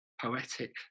poetic